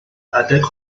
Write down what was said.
adeg